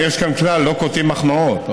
יש כאן כלל: לא קוטעים מחמאות.